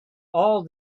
all